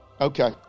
Okay